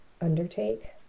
undertake